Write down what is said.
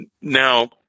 Now